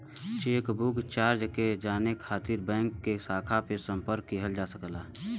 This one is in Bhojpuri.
चेकबुक चार्ज के जाने खातिर बैंक के शाखा पे संपर्क किहल जा सकला